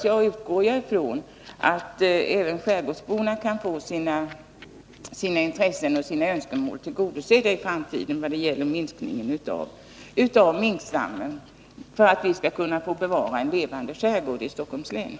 Jag utgår från att skärgårdsborna kan få sina intressen och önskemål tillgodosedda även i framtiden beträffande en reducering av minkstammen, så att vi kan bevara en levande skärgård i Stockholms län.